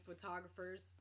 photographers